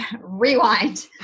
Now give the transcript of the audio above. rewind